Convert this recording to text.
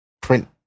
print